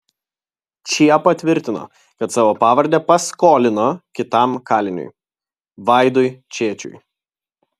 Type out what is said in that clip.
čiepa tvirtino kad savo pavardę paskolino kitam kaliniui vaidui čėčiui